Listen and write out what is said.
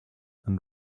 and